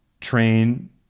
train